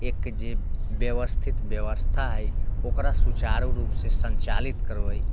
एक जे व्यवस्थित व्यवस्था हय ओकरा सुचारू रूपसँ सञ्चालित करबै